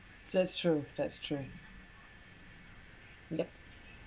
that's true that's true yeah